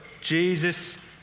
Jesus